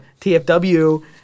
TFW